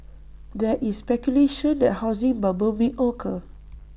there is speculation that A housing bubble may occur